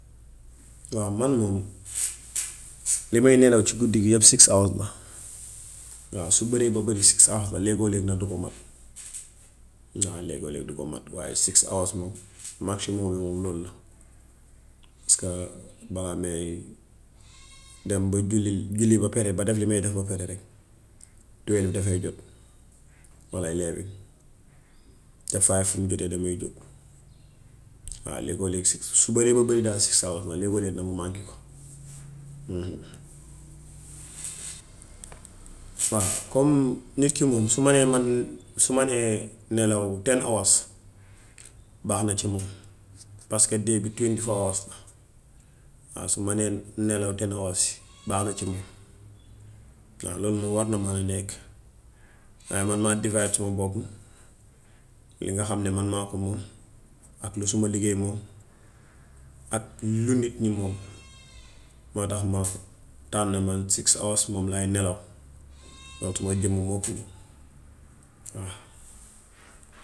Waaw man moom li may nelew ci guddi gi yépp six hours la. Waaw su bëree ba bëre six hours la. Léegoo-leeg nag du ko mat. Waaw léegoo-leeg du ko mat waaye six hours moom maximum moom lool la paska balaa ma dem ba julli julli ba pare ba def li may def ba pare rekk twen dafay jot walla nine, te fife fum jotee damay jóg. Waaw léegoo-leeg su baree ba bari daal six hours la. Léegoo-leeg nag mu mànke ko. Waaw nit moom su manee man. Su manee nelew ten hours baax na ci moom paska dee di génn four hours. Waaw su manee nelew ten hours, baax na ci moom. Waaw lool de moom war na man a nekk. Waaw man maa define suma boppu li nga xam ni man maa ko moom ak lu suma liggéey moom ak lu nit ñi moom. Moo tax ma tànn man six hours moom laay nelew, dootuma.